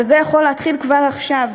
וזה יכול להתחיל כבר עכשיו,